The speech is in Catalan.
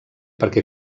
perquè